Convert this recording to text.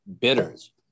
bidders